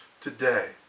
today